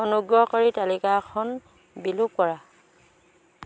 অনুগ্ৰহ কৰি তালিকাখন বিলুপ কৰা